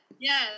yes